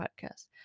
podcast